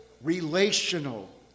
relational